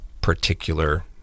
particular